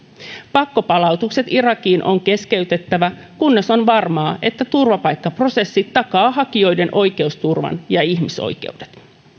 pakkopalautukset irakiin on keskeytettävä kunnes on varmaa että turvapaikkaprosessi takaa hakijoiden oikeusturvan ja ihmisoikeudet